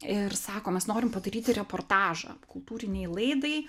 ir sako mes norim padaryti reportažą kultūrinei laidai